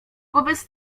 wobec